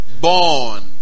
Born